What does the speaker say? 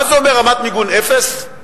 מה זה אומר רמת מיגון אפס?